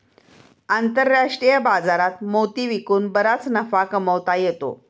आंतरराष्ट्रीय बाजारात मोती विकून बराच नफा कमावता येतो